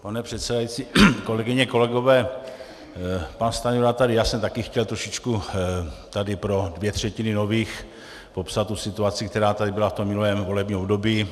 Pane předsedající, kolegyně, kolegové, pan Stanjura tady já jsem chtěl taky trošičku tady pro dvě třetiny nových popsat tu situaci, která tady byla v tom minulém volebním období.